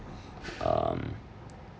um